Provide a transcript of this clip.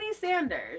Sanders